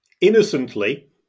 innocently